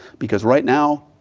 because right now,